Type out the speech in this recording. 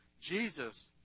Jesus